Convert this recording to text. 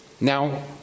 Now